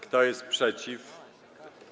Kto jest przeciw?